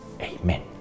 Amen